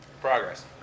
Progress